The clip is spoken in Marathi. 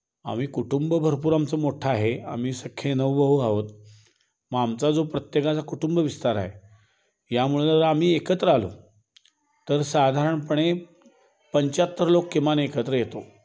आम्ही कुटुंब भरपूर आमचं मोठं आहे आम्ही सख्खे नऊ भाऊ आहोत मग आमचा जो प्रत्येकाचा कुटुंब विस्तार आहे यामुळं जर आम्ही एकत्र आलो तर साधारणपणे पंच्याहत्तर लोक किमान एकत्र येतो